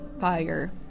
fire